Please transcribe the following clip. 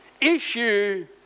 Issue